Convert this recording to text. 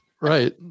Right